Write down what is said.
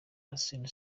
arsenal